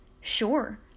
Sure